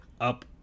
up